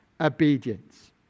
obedience